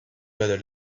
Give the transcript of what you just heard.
better